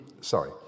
sorry